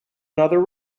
another